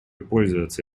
пользуется